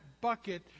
bucket